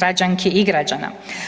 građanki i građana.